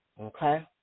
Okay